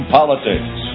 Politics